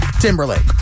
Timberlake